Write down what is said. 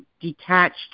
detached